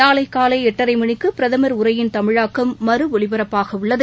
நாளை காலை எட்டரை மணிக்கு பிரதமர் உரையின் தமிழாக்கம் மறு ஒலிபரப்பாகவுள்ளது